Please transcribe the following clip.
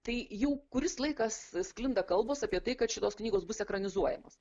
tai jau kuris laikas sklinda kalbos apie tai kad šitos knygos bus ekranizuojamos